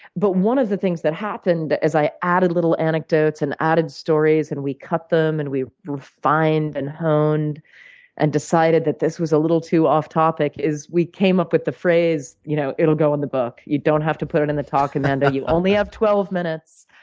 but one of the things that happened, as i added little anecdotes and added stories, and we cut them, and we refined and honed and decided that this was a little too off-topic, is we came up with the phrase, you know it'll go in the book. you don't have to put it in the talk, amanda. you only have twelve minutes.